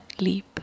leap